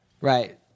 Right